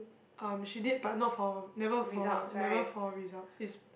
um she did but not for never for never for results it's